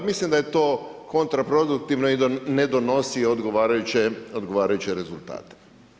Mislim da je to kontraproduktivno i da ne donosi odgovarajuće rezultate.